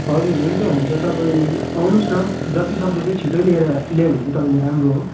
हजुर हुन्छ हुन्छ तपाईँ आउनुहोस् न जतिसक्दो चाहिँ छिट्टै लिएर ल्यायो भने चाहिँ तपाईँले राम्रो हो